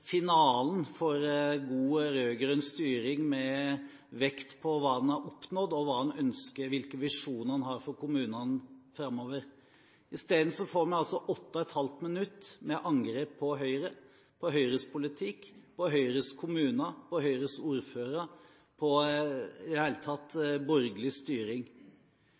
finalen for god rød-grønn styring, med vekt på hva en har oppnådd, og hva en ønsker – hvilke visjoner en har for kommunene framover. Isteden får vi altså 8,5 minutter med angrep på Høyre, på Høyres politikk, på Høyres kommuner, på Høyres ordførere – på borgerlig styring i det hele tatt.